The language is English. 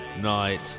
night